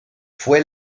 fue